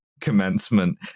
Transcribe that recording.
commencement